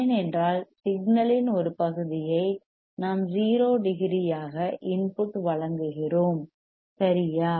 ஏனென்றால் சிக்னல்யின் ஒரு பகுதியை நாம் 0 டிகிரியாக இன்புட் வழங்குகிறோம் சரியா